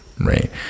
Right